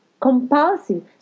compulsive